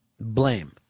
blame